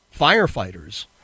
firefighters